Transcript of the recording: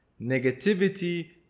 Negativity